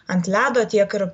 ant ledo tiek ir